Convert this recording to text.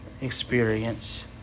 experience